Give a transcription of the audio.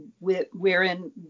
wherein